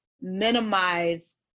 minimize